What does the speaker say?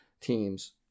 teams